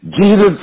Jesus